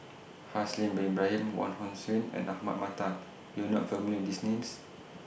Haslir Bin Ibrahim Wong Hong Suen and Ahmad Mattar YOU Are not familiar with These Names